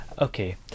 okay